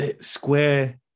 Square